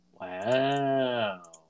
Wow